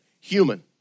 human